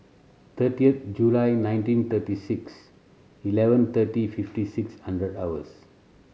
thirty July nineteen thirty six eleven thirty fifty six hundred hours